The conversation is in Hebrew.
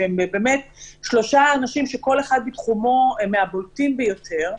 שהם באמת שלושה אנשים שכל אחד בתחומו הוא מהבולטים ביותר.